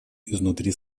изнутри